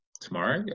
tomorrow